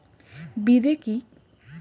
বিদে কি?